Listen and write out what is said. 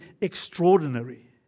extraordinary